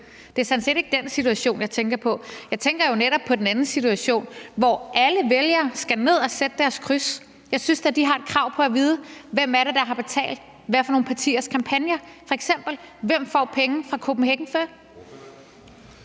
Det er sådan set ikke den situation, jeg tænker på. Jeg tænker jo netop på den anden situation, hvor alle vælgere skal ned at sætte deres kryds. Jeg synes da, at de har et krav på at vide, hvem det er, der har betalt hvad for nogle partiers kampagner. Det kunne f.eks. være: Hvem får penge fra Kopenhagen Fur?